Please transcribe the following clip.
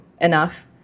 enough